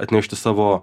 atnešti savo